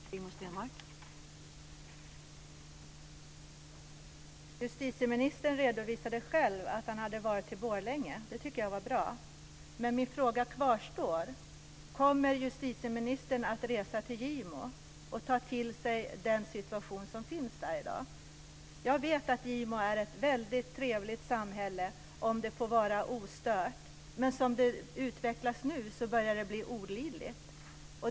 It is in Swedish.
Fru talman! Justitieministern redovisade själv att han hade varit till Borlänge. Det tycker jag var bra. Men min fråga kvarstår: Kommer justitieministern att resa till Gimo och ta till sig den situation som finns där i dag? Jag vet att Gimo är ett väldigt trevligt samhälle om det får vara ostört. Men som det utvecklas nu börjar det bli olidligt.